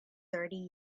thirty